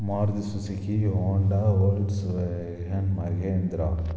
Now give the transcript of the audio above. Maruti Suzuki Honda Volkswagen Mahindra